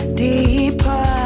deeper